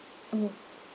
mmhmm